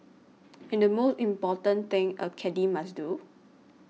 and the most important thing a caddie must do